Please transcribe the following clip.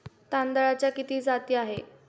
तांदळाच्या किती जाती आहेत?